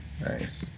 nice